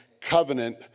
covenant